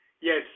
Yes